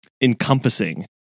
encompassing